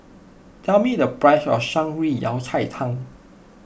tell me the price of Shan Rui Yao Cai Tang